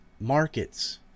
Markets